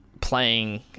playing